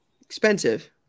Expensive